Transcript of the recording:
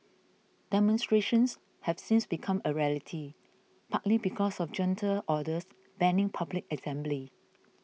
demonstrations have since become a rarity partly because of junta orders banning public assembly